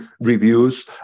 reviews